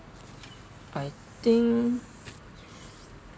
I think